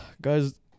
guys